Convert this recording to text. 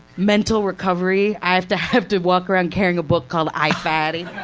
mental recovery i have to have to walk around carrying a book called i, fatty?